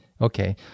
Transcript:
okay